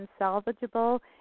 unsalvageable